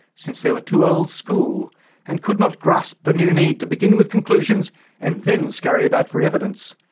since they were too old-school and could not grasp the new need to begin with conclusions and then scurry about for evidence.